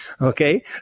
Okay